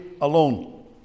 alone